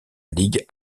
ligue